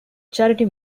charity